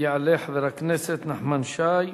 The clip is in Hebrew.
יעלה חבר הכנסת נחמן שי,